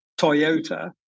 Toyota